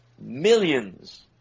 millions